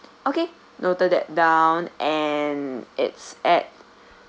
okay noted that down and it's at